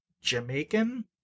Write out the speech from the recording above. Jamaican